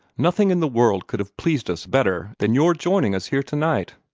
nothing in the world could have pleased us better than your joining us here tonight.